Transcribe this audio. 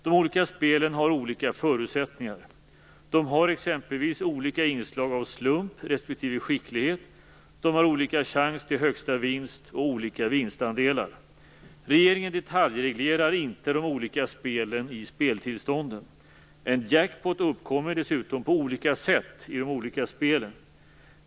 De olika spelen har olika förutsättningar. De har exempelvis olika inslag av slump respektive skicklighet, och de har olika chans till högsta vinst och olika vinstandelar. Regeringen detaljreglerar inte de olika spelen i speltillstånden. En jackpot uppkommer dessutom på olika sätt i de olika spelen.